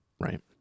Right